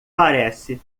parece